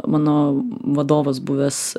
mano vadovas buvęs